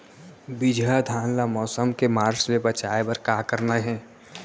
बिजहा धान ला मौसम के मार्च ले बचाए बर का करना है?